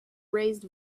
raised